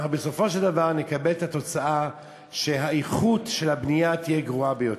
אנחנו בסופו של דבר נקבל את התוצאה שאיכות הבנייה תהיה גרועה ביותר.